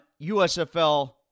USFL